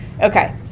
Okay